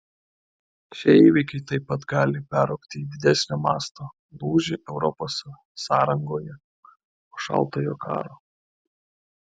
šie įvykiai taip pat gali peraugti į didesnio masto lūžį europos sąrangoje po šaltojo karo